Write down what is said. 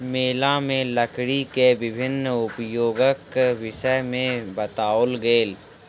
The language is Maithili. मेला में लकड़ी के विभिन्न उपयोगक विषय में बताओल गेल